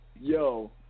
Yo